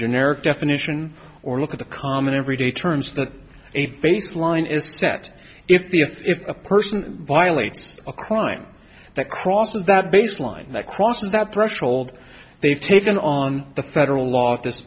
generic definition or look at the common everyday terms that a baseline is set if the if a person violates a crime that crosses that baseline that cross that threshold they've taken on the federal law at this